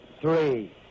three